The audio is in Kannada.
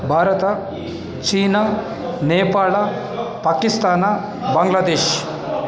ಭಾರತ ಚೀನಾ ನೇಪಾಳ ಪಾಕಿಸ್ತಾನ ಬಾಂಗ್ಲಾದೇಶ